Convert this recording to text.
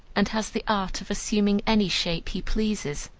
and has the art of assuming any shape he pleases,